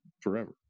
forever